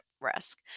risk